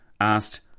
asked